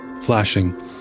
flashing